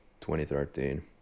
2013